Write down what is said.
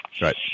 Right